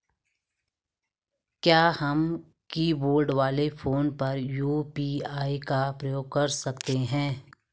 क्या हम कीबोर्ड वाले फोन पर यु.पी.आई का प्रयोग कर सकते हैं?